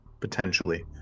potentially